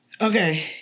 Okay